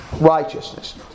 righteousness